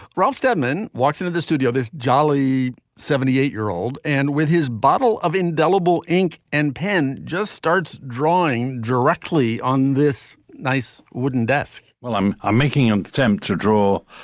ralph steadman walks into the studio, this jolly seventy eight year old, and with his bottle of indelible ink and pen just starts drawing directly on this nice wooden desk. well, i'm i'm making an attempt to draw oh,